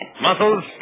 Muscles